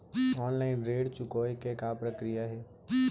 Online ऋण चुकोय के का प्रक्रिया हे?